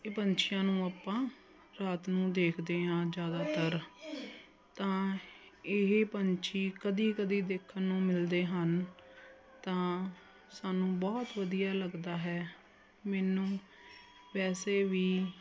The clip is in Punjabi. ਇਹ ਪੰਛੀਆਂ ਨੂੰ ਆਪਾਂ ਰਾਤ ਨੂੰ ਦੇਖਦੇ ਹਾਂ ਜ਼ਿਆਦਾਤਰ ਤਾਂ ਇਹ ਪੰਛੀ ਕਦੀ ਕਦੀ ਦੇਖਣ ਨੂੰ ਮਿਲਦੇ ਹਨ ਤਾਂ ਸਾਨੂੰ ਬਹੁਤ ਵਧੀਆ ਲੱਗਦਾ ਹੈ ਮੈਨੂੰ ਵੈਸੇ ਵੀ